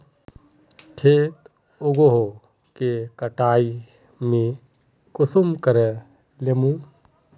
खेत उगोहो के कटाई में कुंसम करे लेमु?